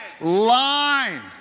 line